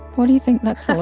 what do you think that's so